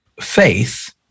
faith